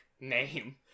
name